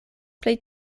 plej